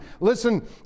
Listen